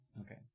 Okay